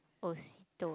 oh Sitoh